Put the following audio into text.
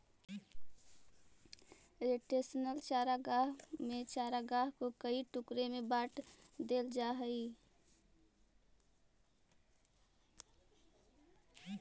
rotational चारागाह में चारागाह को कई टुकड़ों में बांट देल जा हई